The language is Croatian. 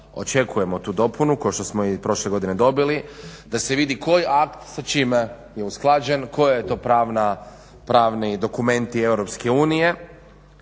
očekujemo tu dopunu kao što smo i prošle godine dobili da se vidi koji akt sa čime je usklađen, koja je to pravni dokument EU s kojima